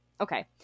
Okay